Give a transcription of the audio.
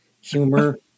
humor